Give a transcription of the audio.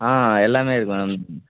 ஆ எல்லாமே இருக்குது மேம்